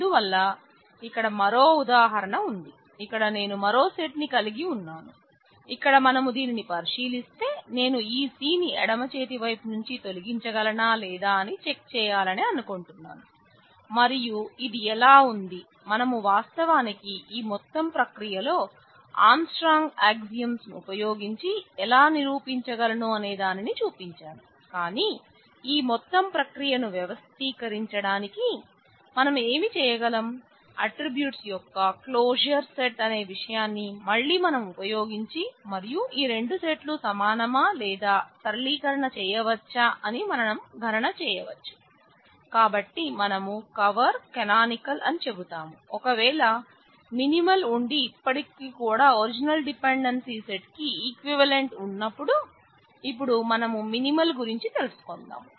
అందువల్ల ఇక్కడ మరో ఉదాహరణ ఉంది ఇక్కడ నేను మరో సెట్ ని కలిగి ఉన్నాను ఇక్కడ మనం దీనిని పరిశీలిస్తే నేను ఈ C ని ఎడమచేతి వైపు నుంచి తొలగించగలనా లేదా అని చెక్ చేయాలని అనుకుంటున్నాను మరియు ఇది ఎలా ఉంది మనము వాస్తవానికి ఈ మొత్తం ప్రక్రియలో ఆర్మ్స్ట్రాంగ్ ఆక్సియోమ్స్ గురించి తెలుసుకుందాం